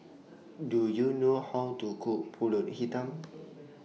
Do YOU know How to Cook Pulut Hitam